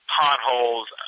potholes